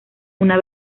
una